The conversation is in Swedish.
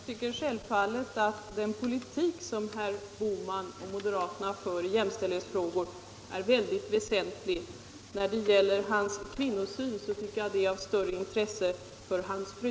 Herr talman! Jag tycker självfallet den politik som herr Bohman och moderaterna för i jämställdhetsfrågorna är mycket väsentlig. När det gäller herr Bohmans kvinnosyn tycker jag att den är av större intresse för hans fru.